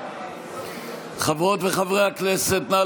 חברות וחברי הכנסת, נא